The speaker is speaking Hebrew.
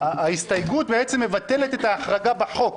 ההסתייגות מבטלת את ההחרגה בחוק.